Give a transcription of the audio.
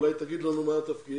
אולי תגיד לנו מה התפקיד.